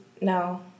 no